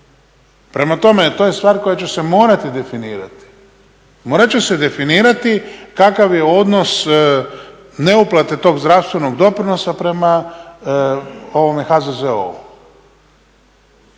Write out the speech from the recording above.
Prema tome, to je stvar koja će se morati definirati, morat će se definirat kakav je odnos neuplate tog zdravstvenog doprinosa prema ovome